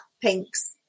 Pinks